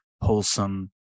wholesome